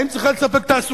האם היא צריכה לספק תעסוקה?